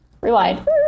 Rewind